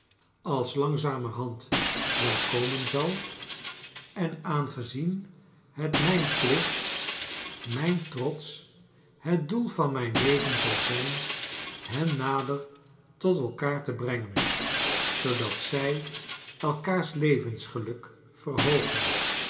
als langzamerhand wel komen zal en aangezien het mijn plicht mijn trots het doel van mijn leven zal zijn hen nader tot elkaar te brengen zoodat zij elkaars levensgeluk verhoogen